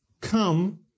come